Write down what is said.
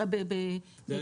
זה האזרח.